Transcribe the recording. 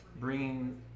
bringing